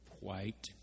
white